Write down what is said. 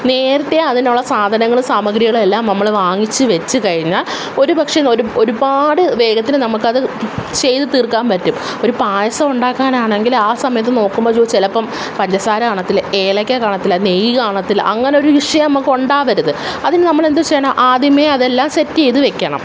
നേരത്തെ അതിനുള്ള സാധനങ്ങളും സാമഗ്രികളും എല്ലാം നമ്മൾ വാങ്ങിച്ചു വെച്ച് കഴിഞ്ഞാൽ ഒരു പക്ഷേ ഒരു ഒരുപാട് വേഗത്തിൽ നമുക്കത് ചെയ്തു തീർക്കാൻ പറ്റും ഒരു പായസം ഉണ്ടാക്കാനാണെങ്കിൽ ആ സമയത്ത് നോക്കുമ്പയ്യോ ചിലപ്പം പഞ്ചസാര കാണത്തില്ല ഏലക്ക കാണത്തില്ല നെയ്യ് കാണത്തില്ല അങ്ങനൊരു വിഷയം നമുക്കുണ്ടാവരുത് അതിനു നമ്മൾ എന്തു ചെയ്യണം ആദ്യമേ അതെല്ലാം സെറ്റ് ചെയ്തു വെക്കണം